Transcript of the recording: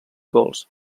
gols